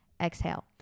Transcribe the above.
exhale